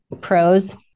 pros